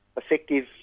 effective